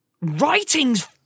writing's